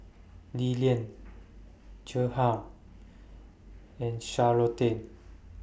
Lillian Gerhardt and Charlottie